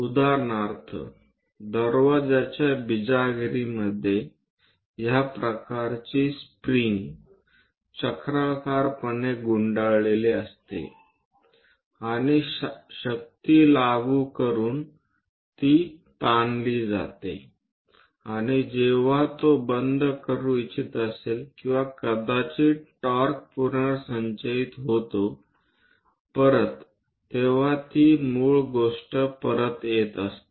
उदाहरणार्थ दरवाजाच्या बिजागरीमध्ये ह्या प्रकारची स्प्रिंग चक्राकारपणे गुंडाळलेली असते आणि शक्ती लागू करून तो ताणला जातो आणि जेव्हा तो बंद करू इच्छित असेल किंवा कदाचित टॉर्क पुनर्संचयित होतो परत तेव्हा ती मूळ गोष्ट परत येत असते